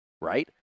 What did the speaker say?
right